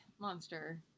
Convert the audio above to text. monster